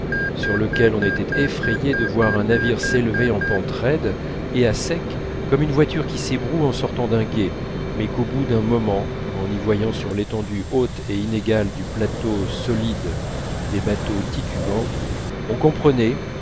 sur lequel on était effrayé de voir un navire s'élever en pente raide et à sec comme une voiture qui s'ébroue en sortant d'un gué mais qu'au bout d'un moment en y voyant sur l'étendue haute et inégale du plateau solide des bateaux titubants on comprenait